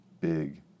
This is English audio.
big